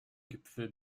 gipfel